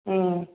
ம்